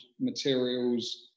materials